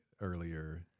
earlier